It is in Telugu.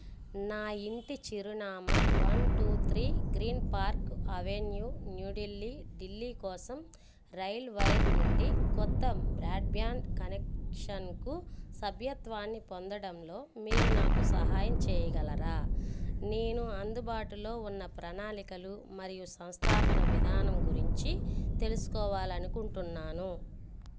నా ఇంటి చిరునామా one two three green park avenue New Delhi Delhi కోసం రైల్ వైర్ నుండి కొత్త బ్రాడ్బ్యాండ్ కనెక్షన్కు సభ్యత్వాన్ని పొందడంలో మీరు నాకు సహాయం చేయగలరా నేను అందుబాటులో ఉన్న ప్రణాళికలు మరియు సంస్థాపన విధానం గురించి తెలుసుకోవాలి అనుకుంటున్నాను